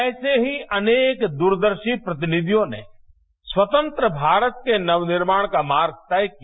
ऐसे ही अनेक दूरदर्शी प्रतिनिधियों ने स्वतंत्र भारत के नवनिर्माण का मार्ग तय किया